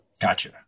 Gotcha